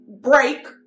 break